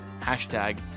hashtag